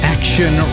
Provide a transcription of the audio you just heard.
Action